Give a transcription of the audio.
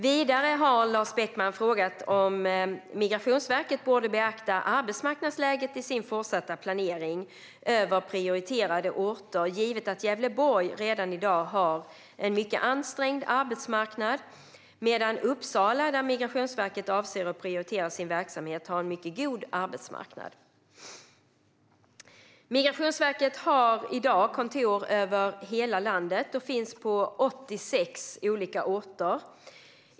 Vidare har Lars Beckman frågat om Migrationsverket borde beakta arbetsmarknadsläget i sin fortsatta planering över prioriterade orter givet att Gävleborg redan i dag har en mycket ansträngd arbetsmarknad medan Uppsala, där Migrationsverket avser att prioritera sin verksamhet, har en mycket god arbetsmarknad. Migrationsverket har i dag kontor över hela landet och finns på 86 olika orter.